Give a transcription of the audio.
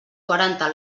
quaranta